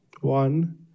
one